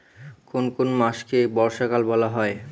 কোন কোন মাসকে বর্ষাকাল বলা হয়?